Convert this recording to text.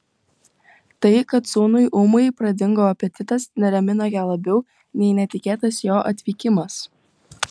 tai kad sūnui ūmai pradingo apetitas neramino ją labiau nei netikėtas jo atvykimas